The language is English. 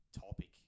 topic